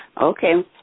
Okay